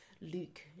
Luke